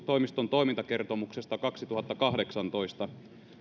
toimiston toimintakertomuksesta kaksituhattakahdeksantoista